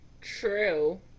True